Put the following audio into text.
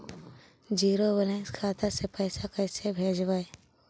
Zero balance खाता से पैसा कैसे भेजबइ?